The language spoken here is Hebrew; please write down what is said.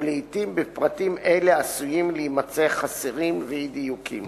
ולעתים בפרטים אלה עשויים להימצא חסרים ואי-דיוקים.